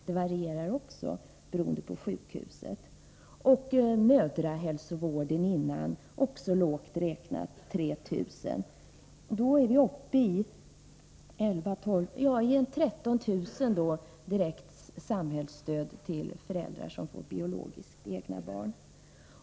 Det varierar också, beroende på sjukhuset. Mödrahälsovården före förlossningen kan, också lågt räknat, beräknas till 3 000 kr. Då är vi uppe i mellan 11 000 och 14 000 kr. i samhällsstöd till föräldrar som får egna biologiska barn.